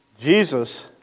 Jesus